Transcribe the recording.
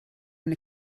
eine